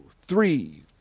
three